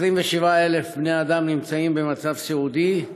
27,000 בני-אדם נמצאים במצב סיעודי,